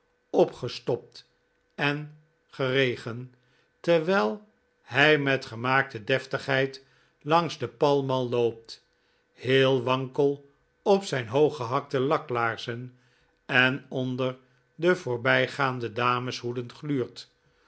opgestopt en geregen terwijl hij met gemaakte deftigheid langs de pall mall loopt heel wankel op zijn hooggehakte laklaarzen en onder de voorbijgaande dameshoeden gluurt